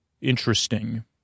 interesting